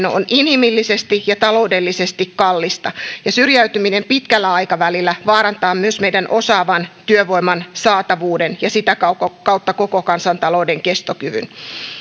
on inhimillisesti ja taloudellisesti kallista ja syrjäytyminen pitkällä aikavälillä vaarantaa myös meidän osaavan työvoiman saatavuuden ja sitä kautta kautta koko kansantalouden kestokyvyn